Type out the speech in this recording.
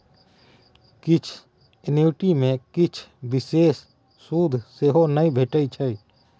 किछ एन्युटी मे किछ बिषेश सुद सेहो नहि भेटै छै